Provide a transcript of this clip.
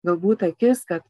galbūt akis kad